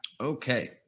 Okay